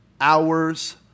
hours